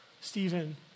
Stephen